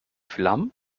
flammen